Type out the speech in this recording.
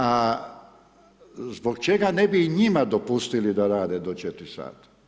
A zbog čega ne bi i njima dopustili da rade do 4 sata?